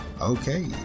Okay